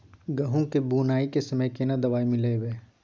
गहूम के बुनाई के समय केना दवाई मिलैबे?